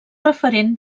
referent